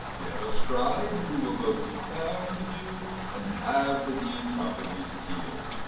we have a scribe, and we will go to town with you and have the deed properly sealed.